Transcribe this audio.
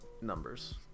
numbers